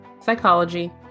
psychology